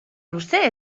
luze